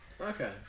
Okay